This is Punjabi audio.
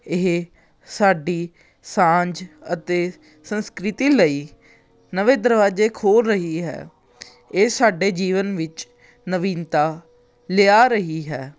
ਇਹ ਸਾਡੀ ਸਾਂਝ ਅਤੇ ਸੰਸਕ੍ਰਿਤੀ ਲਈ ਨਵੇਂ ਦਰਵਾਜੇ ਖੋਲ ਰਹੀ ਹੈ ਇਹ ਸਾਡੇ ਜੀਵਨ ਵਿੱਚ ਨਵੀਨਤਾ ਲਿਆ ਰਹੀ ਹੈ